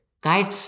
Guys